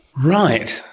right.